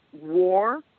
war